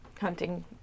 hunting